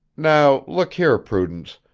now, look here, prudence,